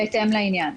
בהתאם לעניין.